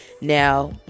Now